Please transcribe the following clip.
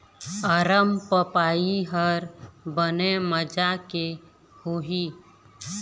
अरमपपई हर बने माजा के होही?